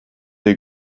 des